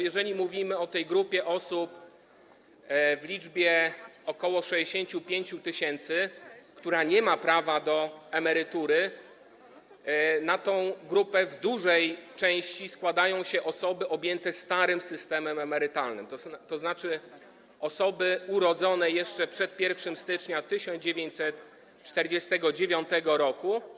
Jeżeli mówimy o tej grupie osób w liczbie ok. 65 tys., które nie mają prawa do emerytury, to na tę grupę w dużej części składają się osoby objęte starym systemem emerytalnym, tzn. osoby urodzone jeszcze przed 1 stycznia 1949 r.